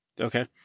Okay